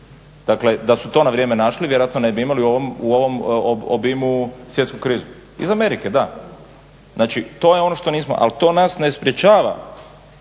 Dakle da su to na vrijeme našli vjerojatno ne bi imali u ovom obimu svjetsku krizu. Iz Amerike, da. Znači to je ono što nismo, ali to nas ne sprječava